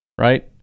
right